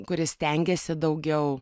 kuris stengiasi daugiau